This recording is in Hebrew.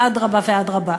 אדרבה ואדרבה.